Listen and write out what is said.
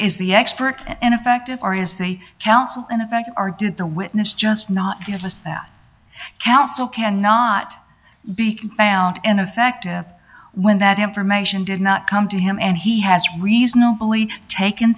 is the expert ineffective or is the counsel in effect or did the witness just not give us that counsel cannot be found in effect when that information did not come to him and he has reasonably tak